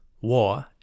war